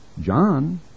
John